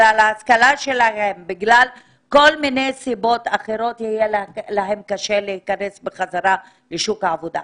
השכלתם או כל מיני סיבות אחרות יהיה להם קשה להיכנס חזרה לשוק העבודה.